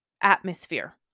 atmosphere